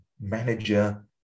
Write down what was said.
manager